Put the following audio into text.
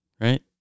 right